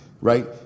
right